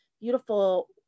beautiful